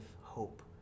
hope